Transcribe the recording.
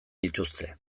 dituzte